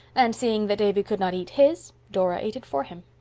and, seeing that davy could not eat his, dora ate it for him.